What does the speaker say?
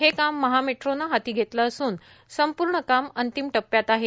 हे काम महामेट्रोने हाती घेतले असून संपूर्ण काम अंतिम टप्प्यात आहे